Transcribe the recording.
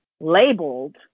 labeled